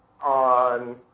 on